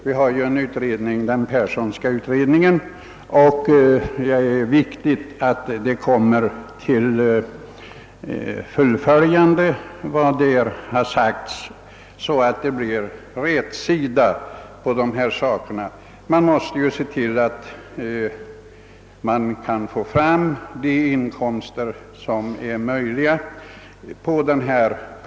Vi har ju en utredning som sysslar med den saken, nämligen den s.k. Perssonska utredningen. Det är viktigt att vi får rätsida på dessa ting. De inkomster som kommunerna behöver för ändamålet måste på något sätt skaffas fram.